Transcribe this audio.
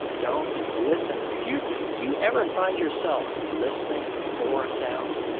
don't listen if you if you ever find yourself listening for a sound,